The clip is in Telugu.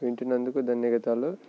వింటున్నందుకు ధన్యవాదాలు